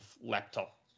laptop